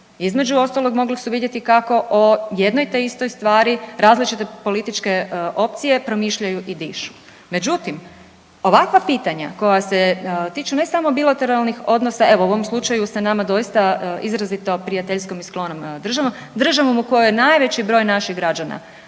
između ostalog, mogli su vidjeti kako o jedno te istoj stvari različite političke opcije promišljaju i dišu. Međutim, ovakva pitanja koja se tiču, ne samo bilateralnih odnosa, evo, u ovom slučaju sa nama doista izrazito prijateljskom i sklonom državom, državom u kojoj je najveći broj naših građana